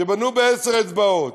שבנו בעשר אצבעות,